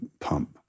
pump